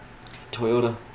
Toyota